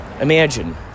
imagine